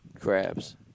Crabs